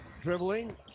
Dribbling